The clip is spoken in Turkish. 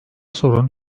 sorun